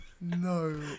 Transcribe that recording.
no